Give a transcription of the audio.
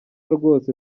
rwose